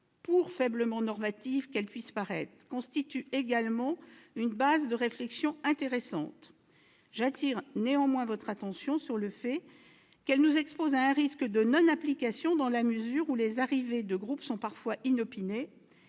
pour faiblement normative qu'elle puisse paraître, constitue également une base de réflexion intéressante. J'appelle néanmoins votre attention sur le fait qu'elle nous expose à un risque de non-application, dans la mesure où les arrivées de groupes sont parfois inopinées